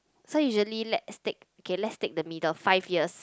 so usually let's take k let's take the middle five years